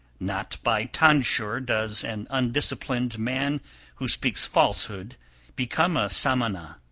not by tonsure does an undisciplined man who speaks falsehood become a samana